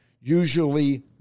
usually